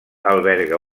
alberga